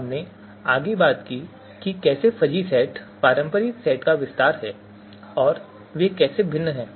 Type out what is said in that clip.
हमने आगे बात की कि कैसे फजी सेट पारंपरिक सेट का विस्तार है और वे कैसे भिन्न हैं